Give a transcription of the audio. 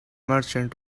merchant